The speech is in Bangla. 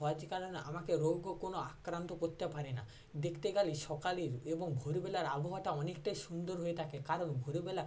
হওয়ায় যে কারণে আমাকে রোগও কোনো আক্রান্ত করতে পারে না দেখতে গেলে সকালের এবং ভোরবেলার আবহাওয়াটা অনেকটাই সুন্দর হয়ে থাকে কারণ ভোরবেলা